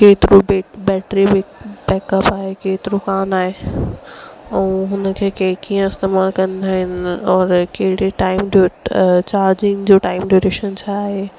केतिरो बे बैटरी बे बैकअप आहे केतिरो कोन आहे ऐं हुन खे के कीअं इस्तेमाल कंदा आहिनि औरि कहिड़े टाइम जो चार्जिंग जो टाइम ड्यूरेशन छा आहे